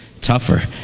tougher